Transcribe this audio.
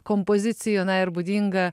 kompozicijų na ir būdinga